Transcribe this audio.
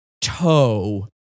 toe